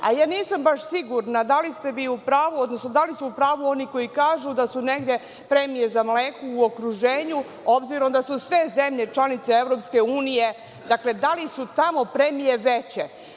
a nisam baš sigurna da li su u pravu oni koji kažu da su negde premije za mleko u okruženju, obzirom da su sve zemlje članice Evropske unije, dakle, da li su tamo premije veće. Po